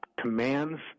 commands